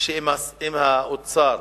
"אם האוצר